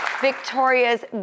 Victoria's